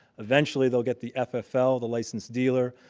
eventually, they'll get the ffl, the licensed dealer,